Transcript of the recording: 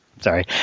sorry